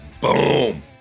boom